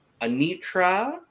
Anitra